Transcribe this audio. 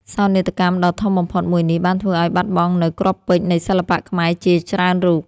សោកនាដកម្មដ៏ធំបំផុតមួយនេះបានធ្វើឲ្យបាត់បង់នូវ គ្រាប់ពេជ្រនៃសិល្បៈខ្មែរជាច្រើនរូប។